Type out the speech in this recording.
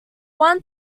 one